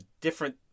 different